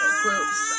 groups